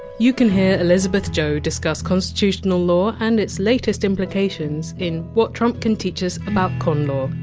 you can hear elizabeth joh discuss constitutional law and its latest implications in what trump can teach us about con law,